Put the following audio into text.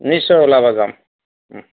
নিশ্চয় ওলাবা যাম